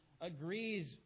agrees